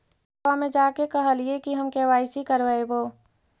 बैंकवा मे जा के कहलिऐ कि हम के.वाई.सी करईवो?